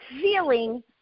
feeling